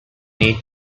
need